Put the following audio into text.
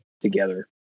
together